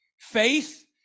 Faith